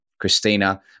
Christina